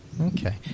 Okay